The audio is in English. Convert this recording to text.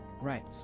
Right